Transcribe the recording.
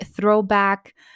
throwback